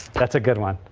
that's a good one